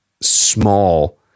small